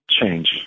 change